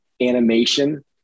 animation